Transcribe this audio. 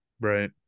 Right